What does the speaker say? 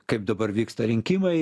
kaip dabar vyksta rinkimai